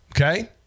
Okay